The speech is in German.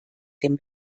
dem